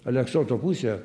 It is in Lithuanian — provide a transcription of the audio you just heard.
aleksoto pusė